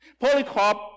Polycarp